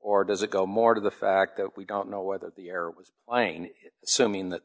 or does it go more to the fact that we don't know whether the error was lying so mean that